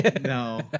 No